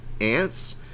ants